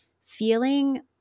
feeling